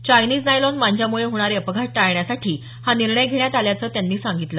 Chinese nylon मांजामुळे होणारे अपघात टाळण्यासाठी हा निर्णय घेण्यात आल्याचं त्यांनी सांगितलं